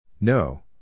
No